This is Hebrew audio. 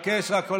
חוק